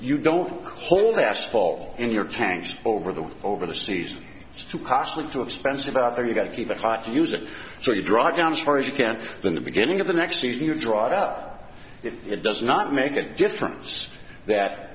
you don't hold the asphalt in your tanks over the over the seas it's too costly too expensive out there you got to keep it hot to use it so you drive down as far as you can than the beginning of the next season you drop out if it does not make a difference that